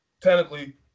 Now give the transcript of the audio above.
technically